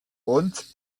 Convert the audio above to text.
und